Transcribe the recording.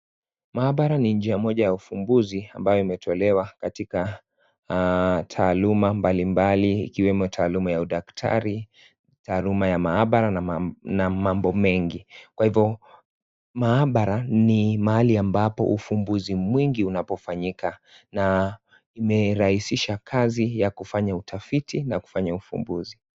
Maabara ni njia moja ya ufumbuzi ambayo imetolewa katika taaluma mbalimbali ikiwemo taaluma ya udaktari, taaluma ya maabara na mambo mengi, kwa hivo maabara ni mahali ambapo ufumbuzi mwingi unapofanyika, na imerahisisha kazi ya kufanya utafiti na kufanya ufumbuzi.